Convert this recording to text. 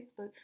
Facebook